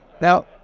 Now